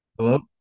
Hello